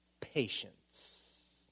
patience